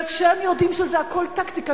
וכשהם יודעים שזה הכול טקטיקה,